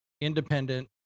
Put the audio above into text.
independent